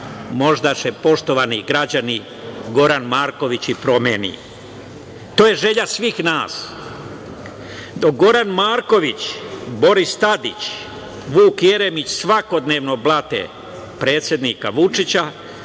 Možda se, poštovani građani, Goran Marković i promeni. To je želja svih nas. Goran Marković, Boris Tadić, Vuk Jeremić svakodnevno blate predsednika Vučića,